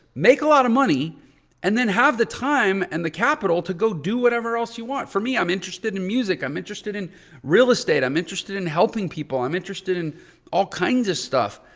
make a lot of money and then have the time and the capital to go do whatever else you want. for me, i'm interested in music. i'm interested in real estate. i'm interested in helping people. i'm interested in all kinds of stuff.